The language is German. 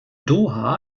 doha